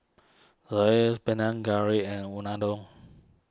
Panang Curry and Unadon